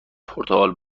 پرتغال